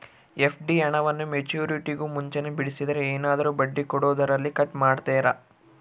FD ಹಣವನ್ನು ಮೆಚ್ಯೂರಿಟಿಗೂ ಮುಂಚೆನೇ ಬಿಡಿಸಿದರೆ ಏನಾದರೂ ಬಡ್ಡಿ ಕೊಡೋದರಲ್ಲಿ ಕಟ್ ಮಾಡ್ತೇರಾ?